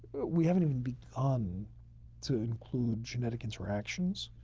we haven't even begun to include genetic interactions.